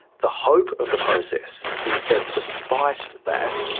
the hope of the process is that despite that,